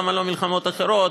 למה לא מלחמות אחרות,